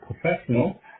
professional